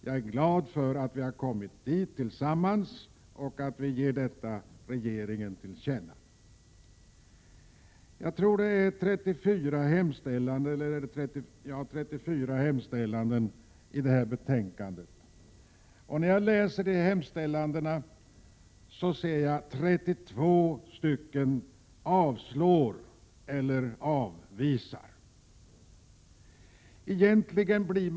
Jag är glad över att vi har kommit dit tillsammans och att vi ger regeringen detta till känna. Det finns 34 moment i utskottets hemställan i detta betänkande. När jag läser de momenten finner jag orden ”avslår” eller ”avvisar” i 32 fall.